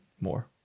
more